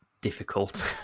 difficult